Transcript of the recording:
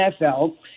NFL